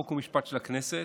חוק ומשפט של הכנסת,